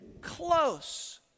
close